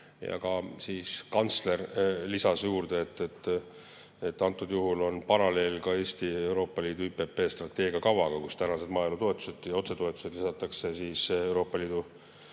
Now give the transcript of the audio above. maaelust. Kantsler lisas juurde, et antud juhul on paralleel ka Eesti ja Euroopa Liidu ÜPP strateegiakavaga, kus tänased maaelu toetused ja otsetoetused lisatakse Euroopa Liidu